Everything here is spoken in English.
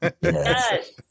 Yes